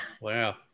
Wow